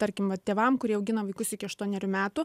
tarkim vat tėvam kurie augina vaikus iki aštuonerių metų